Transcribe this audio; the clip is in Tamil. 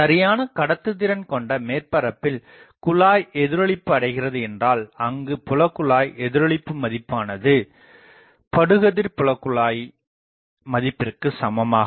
சரியான கடத்து திறன் கொண்ட மேற்பரப்பில் குழாய் எதிரொளிப்பு அடைகிறது என்றால் அங்குப் புலகுழாய் எதிரொளிப்பு மதிப்பானது அதன் படுகதிர் புலகுழாய் மதிப்பிற்குச் சமமாகும்